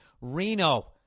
Reno